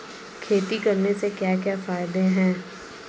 खेती करने से क्या क्या फायदे हैं?